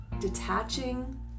detaching